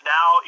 Now